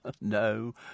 No